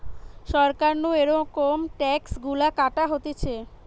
সরকার নু এরম ট্যাক্স গুলা কাটা হতিছে